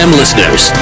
listeners